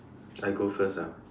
I go first ah